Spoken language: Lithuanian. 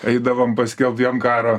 eidavom paskelbt jiem karo